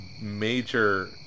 major